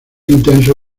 intenso